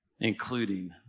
including